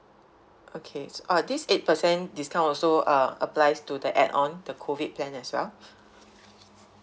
okay uh this eight percent discount also uh applies to the add on the COVID plan as well